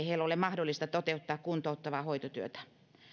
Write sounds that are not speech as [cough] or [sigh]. [unintelligible] heillä ole mahdollista toteuttaa kuntouttavaa hoitotyötä